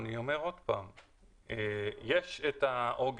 אני אומר שוב שיש את העוגן,